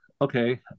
okay